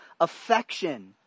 affection